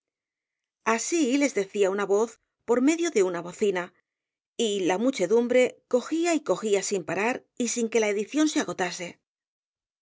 así les decía una voz por medio de una bocina y la muchedumbre cogía y cogía sin parar y sin que la edición se agotase